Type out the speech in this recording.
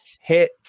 Hit